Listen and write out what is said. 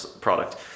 product